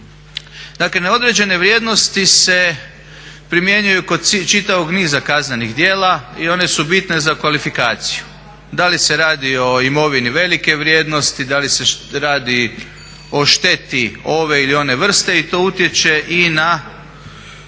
dakle neodređene vrijednosti se primjenjuju kod čitavog niza kaznenih djela i one su bitne za kvalifikaciju. Da li se radi o imovini velike vrijednosti, da li se radi o šteti ove ili one vrste i to utječe i na